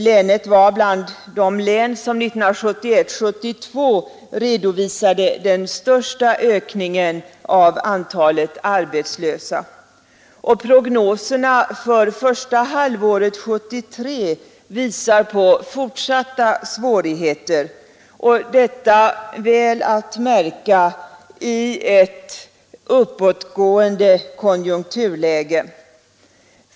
Länet var bland de län som 1971 och 1972 redovisade den största ökningen av antalet arbetslösa, och prognoserna för första halvåret 1973 visar på fortsatta svårigheter — detta, väl att märka, i en uppåtgående konjunktur.